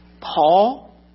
Paul